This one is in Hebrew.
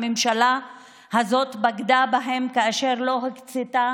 הממשלה הזאת בגדה בהן כאשר לא הקצתה